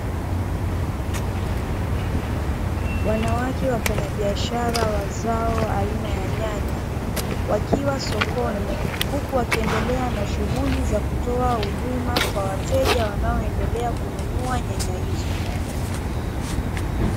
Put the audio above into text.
Wanawake wafanyabiasha wa zao aina ya nyanya wakiwa sokoni, huku wakiendelea na shughuli za kutoa huduma kwa wateja; wanaoendelea kununua nyanya hizo.